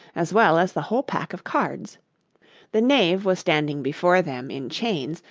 as well as the whole pack of cards the knave was standing before them, in chains,